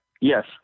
Yes